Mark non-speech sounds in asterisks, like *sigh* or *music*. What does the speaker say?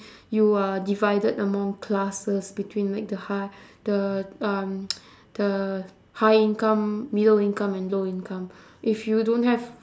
you are divided among classes between like the hi~ the um *noise* the high income middle income and low income if you don't have